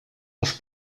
els